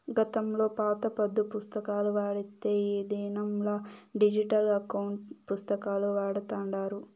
గతంలో పాత పద్దు పుస్తకాలు వాడితే ఈ దినంలా డిజిటల్ ఎకౌంటు పుస్తకాలు వాడతాండారు